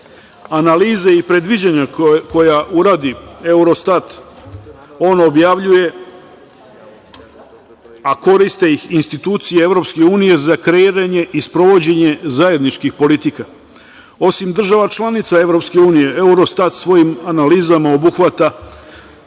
Analize i predviđanja koja uradi Eurostat objavljuje, a koriste ih institucije EU za kreiranje i sprovođenje zajedničkih politika. Osim država članica EU, Eurostat svojim analizama obuhvata